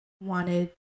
wanted